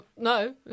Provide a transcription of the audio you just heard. No